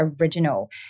original